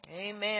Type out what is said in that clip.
Amen